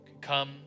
Come